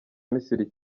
misiri